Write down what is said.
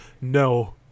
No